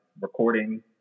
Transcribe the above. recording